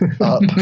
up